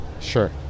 Sure